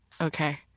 Okay